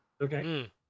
Okay